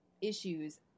issues